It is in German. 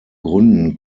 gründen